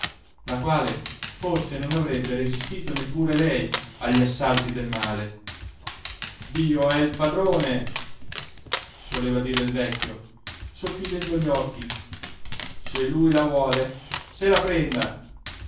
la quale forse non avrebbe resistito neppur lei agli assalti del male dio è il padrone soleva dire il vecchio socchiudendo gli occhi se lui la vuole se la prenda